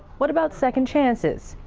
what about second chances?